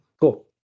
cool